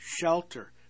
shelter